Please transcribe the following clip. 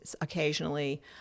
Occasionally